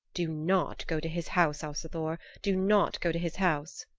do not go to his house, asa thor. do not go to his house.